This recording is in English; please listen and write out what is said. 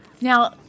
Now